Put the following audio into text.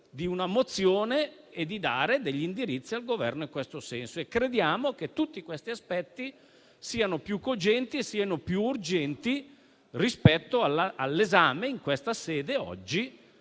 una mozione e dare degli indirizzi al Governo in questo senso e crediamo che tutti questi aspetti siano più cogenti e siano più urgenti rispetto alla prosecuzione, in questa sede oggi,